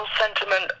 sentiment